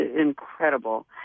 incredible